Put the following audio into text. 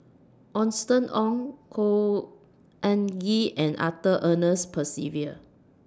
Austen Ong Khor Ean Ghee and Arthur Ernest Percival